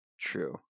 True